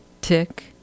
Tick